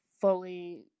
fully